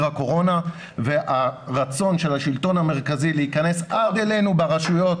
הקורונה והרצון של השלטון המרכזי להיכנס עד אלינו ברשויות.